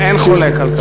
אין חולק על כך.